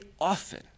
often